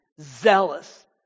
zealous